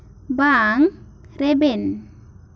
ᱵᱟᱝ ᱨᱮᱵᱮᱱ